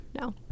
no